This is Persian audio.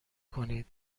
کنید